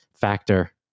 factor